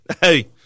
Hey